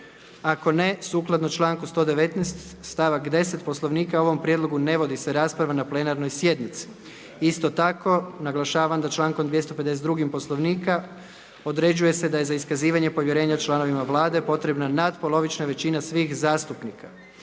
Nema ga. Sukladno članku 119. stavak 10. Poslovnika o ovom prijedlogu ne vodi se rasprava na plenarnoj sjednici. Naglašavam da člankom 252. Poslovnika se određuje da je za iskazivanje povjerenja članovima Vlade potrebna natpolovična većina svih zastupnika.